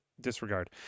disregard